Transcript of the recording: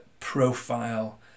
profile